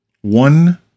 One